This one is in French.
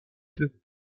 peu